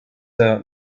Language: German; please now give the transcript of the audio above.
der